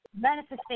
manifestation